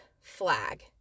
flag